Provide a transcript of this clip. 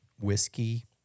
whiskey